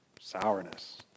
sourness